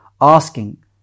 asking